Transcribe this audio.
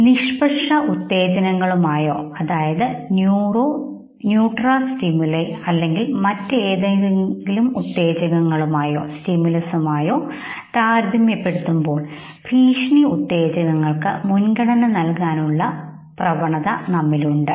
നിഷ്പക്ഷഉത്തേജകങ്ങളുമായോമറ്റേതെങ്കിലും ഉത്തേജകങ്ങളുമായോ താരതമ്യപ്പെടുത്തുമ്പോൾ ഭീഷണി ഉത്തേജകങ്ങൾക്ക് മുൻഗണന നൽകാനുള്ള സ്വതവേയുള്ള പ്രവണത നമ്മിൽ ഉണ്ട്